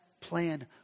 plan